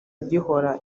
gihora